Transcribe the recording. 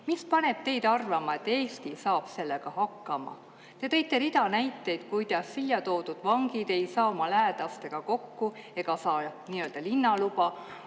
Mis paneb teid arvama, et Eesti saab sellega hakkama? Te tõite rea näiteid, kuidas siia toodud vangid ei saa oma lähedastega kokku ega saa nii-öelda linnaluba.